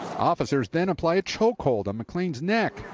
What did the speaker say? officers then applied a choke hold on mcclain's neck.